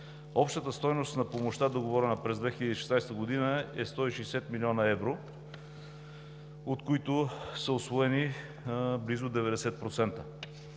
Общата стойност на помощта, договорена през 2016 г., е 160 млн. евро, от които са усвоени близо 90%.